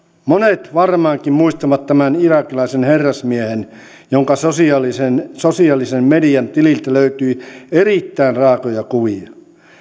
monet varmaankin muistavat irakilaisen herrasmiehen jonka sosiaalisen sosiaalisen median tililtä löytyi erittäin raakoja kuvia